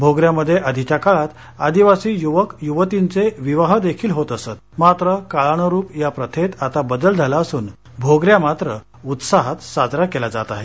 भोगऱया मध्ये आधीच्या काळात आदिवासी युवक युवतींचे विवाह देखील होत असत मात्र काळानरुप या प्रथेत आता बदल झाला असून भोगऱया मात्र उत्साहात साजरा केला जात आहे